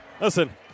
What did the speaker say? Listen